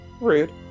Rude